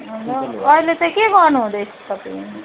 ल अहिले चाहिँ के गर्नु हुँदैछ तपाईँ